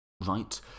right